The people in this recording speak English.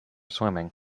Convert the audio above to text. swimming